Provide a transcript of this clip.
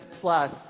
plus